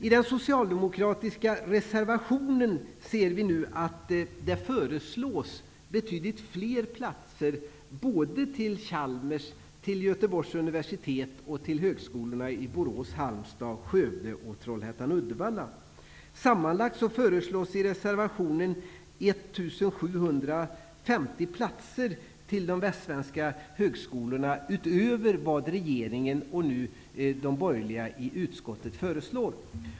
I den socialdemokratiska reservationen föreslås det betydligt fler platser till såväl Chalmers som Sammanlagt föreslås i reservationen 1 750 platser till de västsvenska högskolorna utöver vad regeringen och nu de borgerliga i utskottet föreslår.